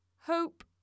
Hope